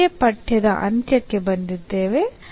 ಇಲ್ಲಿಗೆ ಪಠ್ಯದ ಅಂತ್ಯಕ್ಕೆ ಬಂದಿದ್ದೇವೆ